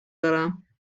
دارم